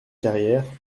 carrières